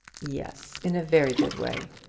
yes in a very good way.